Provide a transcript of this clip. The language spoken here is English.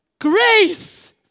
grace